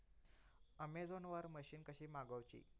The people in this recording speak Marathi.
अमेझोन वरन मशीन कशी मागवची?